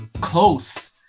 close